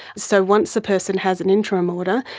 so once the person has an interim order,